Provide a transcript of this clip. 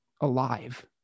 alive